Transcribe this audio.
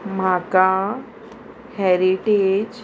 म्हाका हेरीटेज